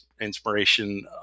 inspiration